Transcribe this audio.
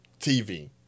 TV